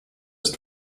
ist